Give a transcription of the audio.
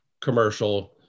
commercial